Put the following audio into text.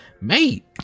mate